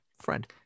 friend